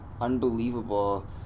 unbelievable